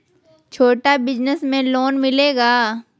छोटा बिजनस में लोन मिलेगा?